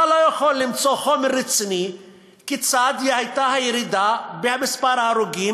אתה לא יכול למצוא חומר רציני כיצד הייתה הירידה במספר ההרוגים